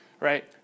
Right